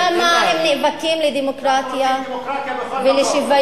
שם הם נאבקים לדמוקרטיה ולשוויון,